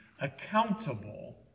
accountable